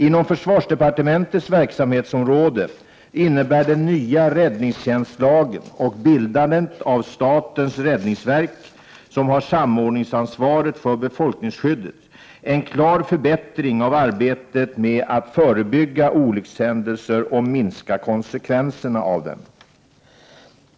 Inom försvarsdepartementets verksamhetsområde innebär den nya räddningstjänstlagen och bildandet av statens räddningsverk, som har samordningsansvaret för befolkningsskyddet, en klar förbättring av arbetet med att förebygga olyckshändelser och minska konsekvenserna av dem.